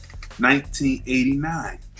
1989